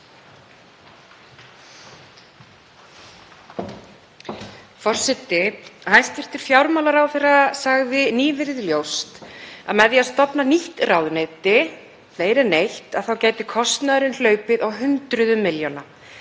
Forseti. Hæstv. fjármálaráðherra sagði nýverið ljóst að með því að stofna nýtt ráðuneyti, fleiri en eitt, gæti kostnaðurinn hlaupið á hundruðum milljóna.